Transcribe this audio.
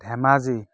Dhemaji